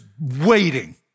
waiting